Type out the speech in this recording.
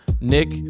nick